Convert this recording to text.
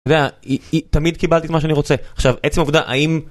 תמיד קיבלתי את מה שאני רוצה. עצם העובדה, האם...